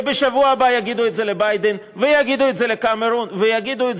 ובשבוע הבא יגידו את זה לביידן ויגידו את זה לקמרון ויגידו את